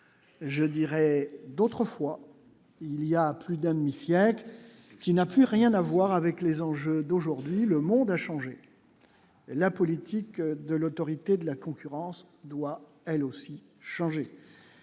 je dirais d'autrefois, il y a plus d'un demi-siècle, qui n'a plus rien à voir avec les enjeux d'aujourd'hui, le monde a changé la politique de l'autorité de la concurrence doit elle aussi changer,